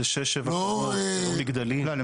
זה שש-שבע קומות, זה לא מגדלים.